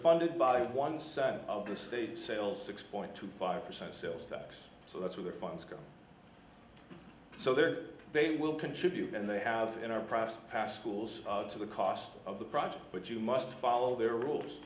funded by one side of the state sales six point two five percent sales tax so that's where their funds go so that they will contribute and they have in our process passed pools to the cost of the project which you must follow their rules